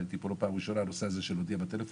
אני פה לא בפעם הראשונה על עניין ההודעה בטלפון.